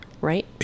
right